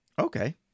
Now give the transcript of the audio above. Okay